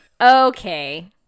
okay